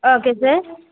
okay sir